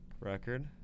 record